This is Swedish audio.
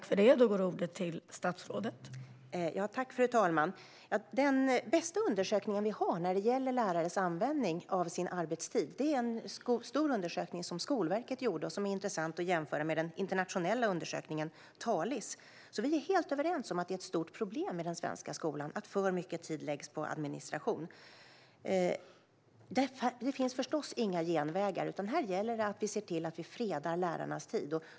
Fru talman! Den bästa undersökningen vi har när det gäller lärares användning av sin arbetstid är en stor undersökning som Skolverket har gjort. Den är intressant att jämföra med den internationella undersökningen Talis. Vi är helt överens om att det är ett stort problem i den svenska skolan att alltför mycket tid läggs på administration. Det finns förstås inga genvägar, utan här gäller det att vi ser till att freda lärarnas tid.